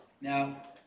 Now